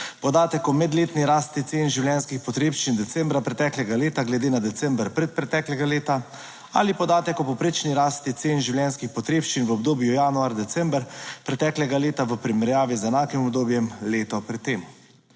podatek o medletni rasti cen življenjskih potrebščin decembra preteklega leta glede na december predpreteklega leta ali podatek o povprečni rasti cen življenjskih potrebščin v obdobju januar december preteklega leta v primerjavi z enakim obdobjem leto pred tem.